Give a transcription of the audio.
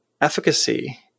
efficacy